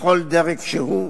בכל דרג שהוא,